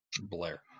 Blair